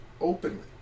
openly